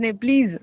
please